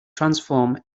transform